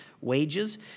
wages